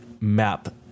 map